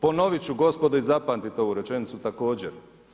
Ponovit ću gospodo i zapamtite ovu rečenicu također.